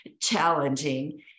challenging